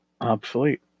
Obsolete